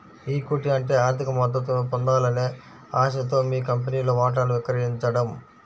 equity అంటే ఆర్థిక మద్దతును పొందాలనే ఆశతో మీ కంపెనీలో వాటాను విక్రయించడం